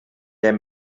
der